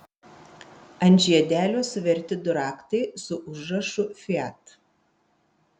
ant žiedelio suverti du raktai su užrašu fiat